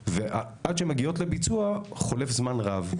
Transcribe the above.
ועד שמגיעים לביצוע חולף זמן רב.